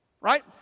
Right